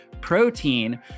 protein